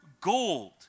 gold